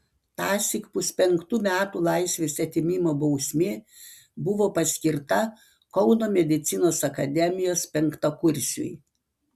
tąsyk puspenktų metų laisvės atėmimo bausmė buvo paskirta kauno medicinos akademijos penktakursiui